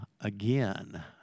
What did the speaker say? again